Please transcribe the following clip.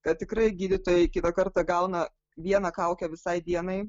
kad tikrai gydytojai kitą kartą gauna vieną kaukę visai dienai